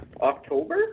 October